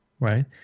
right